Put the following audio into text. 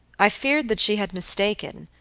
i feared that she had mistaken,